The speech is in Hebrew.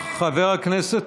מה שמיר אמר עליך?